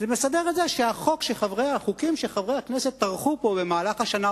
זה מסדר את זה שהחוקים שחברי הכנסת טרחו עליהם במהלך השנה,